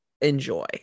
enjoy